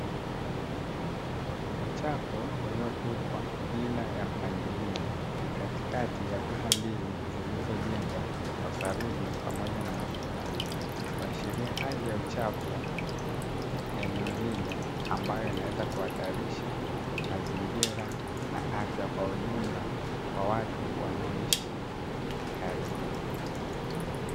Uchafu uliotupwa bila ya mpangilio katikati ya kuta mbili zilizojengwa kwa saruji pamoja na matofali, kuashiria hali ya uchafu eneo lile ambayo inaweza kuhatarisha mazingira na afya kwa ujumla kwa watu wanoishi karibu.